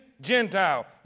Gentile